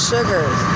Sugars